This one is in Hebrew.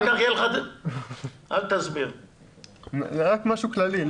משהו כללי.